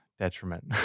detriment